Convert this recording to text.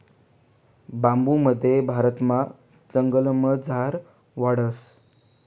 बांबू मध्य भारतमा जंगलमझार वाढस